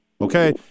Okay